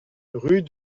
rue